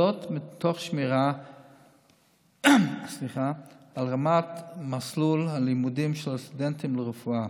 תוך שמירה על רמת מסלול הלימודים של הסטודנטים לרפואה.